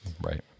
Right